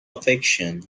affection